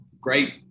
great